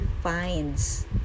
finds